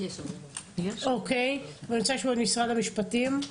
משרד המשפטים.